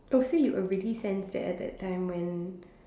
oh see you already sense that at that time when